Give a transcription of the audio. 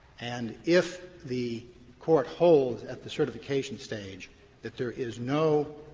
and if the court holds at the certification stage that there is no